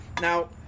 Now